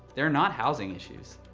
they're not housing issues.